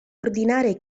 ordinare